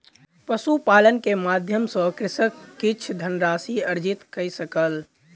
पशुपालन के माध्यम सॅ कृषक किछ धनराशि अर्जित कय सकल